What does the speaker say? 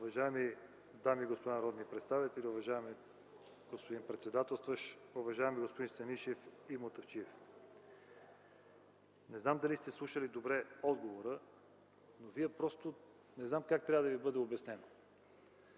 Уважаеми дами и господа народни представители, уважаеми господин председателстващ! Уважаеми господа Станишев и Мутафчиев! Не знам дали сте слушали внимателно отговора. На вас просто не знам как трябва да ви бъде обяснено